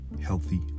healthy